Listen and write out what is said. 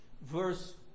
Verse